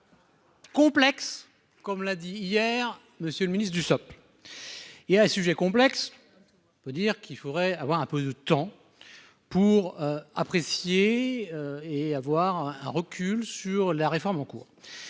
Complexe comme l'a dit hier Monsieur le Ministre Dussopt. Il y a un sujet complexe. Peut dire qu'il faudrait avoir un peu de temps. Pour apprécier. Et avoir un recul sur la réforme en cours.